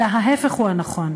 אלא ההפך הוא הנכון.